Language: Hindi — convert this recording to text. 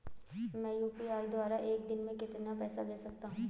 मैं यू.पी.आई द्वारा एक दिन में कितना पैसा भेज सकता हूँ?